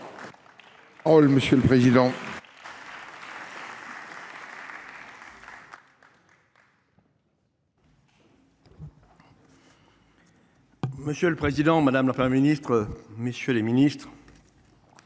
Monsieur le président, madame la Première ministre, messieurs les ministres,